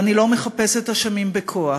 ואני לא מחפשת אשמים בכוח.